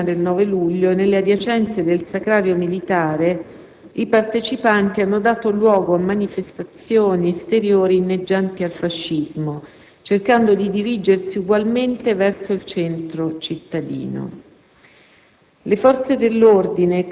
Ciò nonostante, la mattina del 9 luglio, nelle adiacenze del Sacrario militare, i partecipanti alla messa hanno dato luogo a manifestazioni esteriori inneggianti al fascismo, cercando di dirigersi ugualmente verso il centro cittadino.